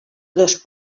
dos